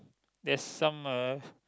there's some uh